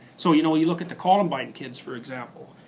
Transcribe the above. so you know you look at the columbine kids, for example,